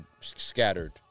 scattered